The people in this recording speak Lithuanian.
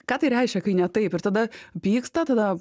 ką tai reiškia kai ne taip ir tada pyksta tada